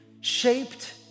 shaped